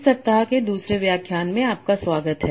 इस सप्ताह के दूसरे व्याख्यान में आपका स्वागत है